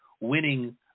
winning